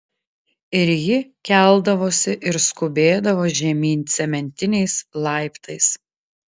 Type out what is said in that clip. ir ji keldavosi ir skubėdavo žemyn cementiniais laiptais